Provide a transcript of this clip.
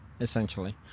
essentially